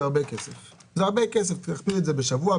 ועבורו זה הרבה כסף אם מכפילים את זה בשבוע,